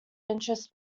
interests